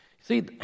See